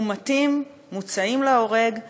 מומתים, מוצאים להורג,